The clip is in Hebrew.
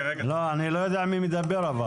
אני לא יודע מי מדבר.